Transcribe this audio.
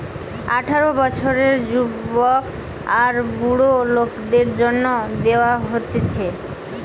আঠারো বছরের যুবক আর বুড়া লোকদের জন্যে দেওয়া হতিছে